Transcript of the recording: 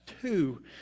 two